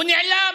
הוא נעלם,